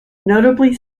notably